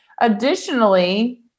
Additionally